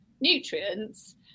nutrients